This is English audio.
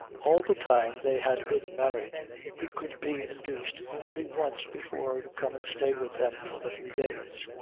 all the time they had been married he could be induced only once before to come and stay with them for a few days.